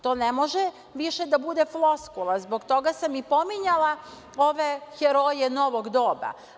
To ne može više da bude floskula, i zbog toga sam i pominjala ove heroje novog doba.